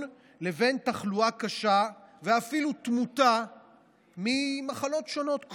לבין תחלואה קשה ואפילו תמותה ממחלות שונות,